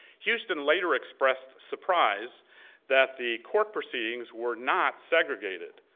houston later expressed surprise that the court proceedings were not segregated.